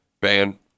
ban